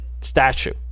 statue